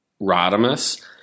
Rodimus